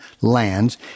lands